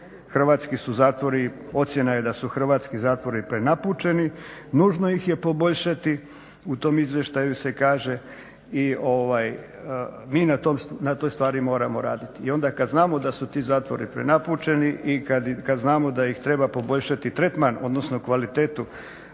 hrvatski su zatvori ocjena je da su hrvatski zatvori prenapučeni, nužno ih je poboljšati u tom izvještaju se kaže. I mi na toj stvari moramo raditi. I onda kad znamo da su ti zatvori prenapučeni i kad znamo da ih treba poboljšati tretman, odnosno kvalitetu